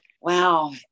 Wow